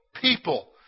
people